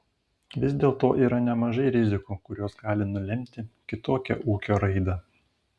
vis dėlto yra nemažai rizikų kurios gali nulemti kitokią ūkio raidą